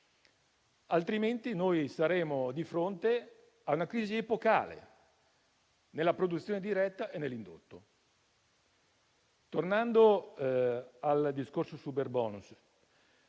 altrimenti saremo di fronte a una crisi epocale, nella produzione diretta e nell'indotto. Tornando al discorso del superbonus,